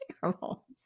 Terrible